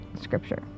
Scripture